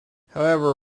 however